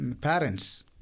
parents